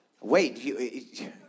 Wait